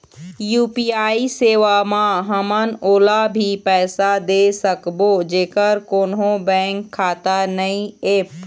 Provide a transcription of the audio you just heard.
UPI सेवा म हमन ओला भी पैसा दे सकबो जेकर कोन्हो बैंक खाता नई ऐप?